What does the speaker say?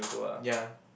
ya